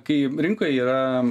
kai rinkoj yra